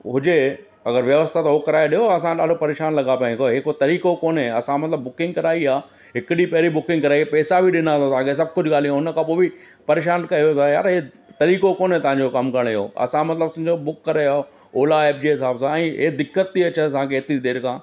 हुजे अगरि व्यवस्था त उहो कराए ॾियो असां ॾाढो परेशानु लॻा पिया आहियूं भई इहो को तरीक़ो कोने असां मतलबु बुकिंग कराई आहे हिकु ॾींहं पहिरीं बुकिंग कराई आहे पैसा बि ॾिना हुआ सभु कुझु ॻाल्हियूं हुन खां पोइ बि परेशानु कयो था यार इहे तरीक़ो कोने तव्हांजो कमु करण जो असां मतलबु सुमुझो बुक करियो ओला एप जे हिसाबु सां ऐं ए दिक़त थी अचे असांखे हेतिरी देरि खां